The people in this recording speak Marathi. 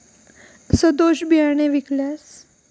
सदोष बियाणे विकल्यास विक्रेत्यांवर गुन्हा दाखल करता येतो का?